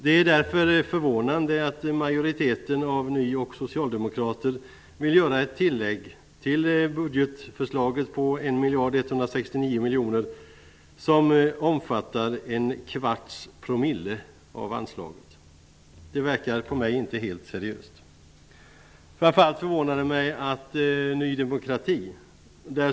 Det är därför förvånande att majoriteten av nydemokrater och socialdemokrater vill göra ett tillägg till budgetförslaget på 1 169 000 000 som omfattar en kvarts promille av anslaget. Det verkar inte helt seriöst.